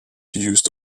used